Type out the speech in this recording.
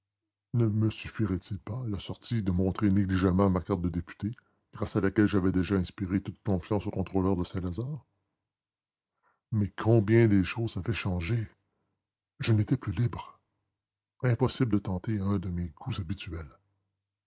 ne me suffirait-il pas à la sortie de montrer négligemment ma carte de député grâce à laquelle j'avais déjà inspiré toute confiance au contrôleur de saint-lazare mais combien les choses avaient changé je n'étais plus libre impossible de tenter un de mes coups habituels